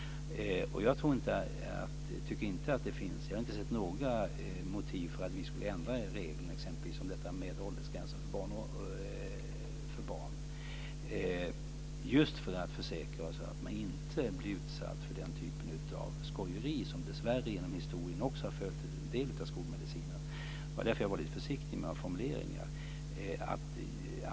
Jag har inte sett några motiv för att vi skulle ändra reglerna exempelvis om detta med åldersgränser för barn - detta just för att försäkra oss om att man inte blir utsatt för den typen av skojeri som dessvärre genom historien också har följt en del av skolmedicinen. Det var därför som jag var lite försiktig med formuleringarna.